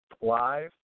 live